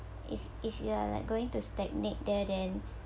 if if you are like going to stagnate there then